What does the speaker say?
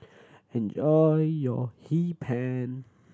enjoy your Hee Pan